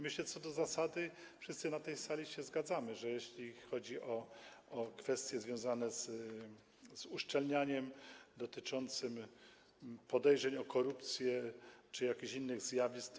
Myślę, że co do zasady wszyscy na tej sali się zgadzamy, jeśli chodzi o kwestie związane z uszczelnianiem dotyczącym podejrzeń o korupcję czy jakichś innych zjawisk.